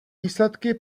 výsledky